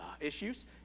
issues